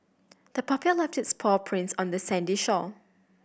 the puppy left its paw prints on the sandy shore